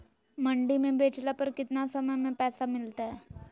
मंडी में बेचला पर कितना समय में पैसा मिलतैय?